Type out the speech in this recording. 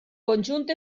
conjunt